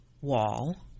wall